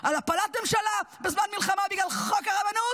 על הפלת ממשלה בזמן מלחמה בגלל חוק הרבנות,